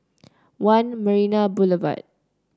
One Marina Boulevard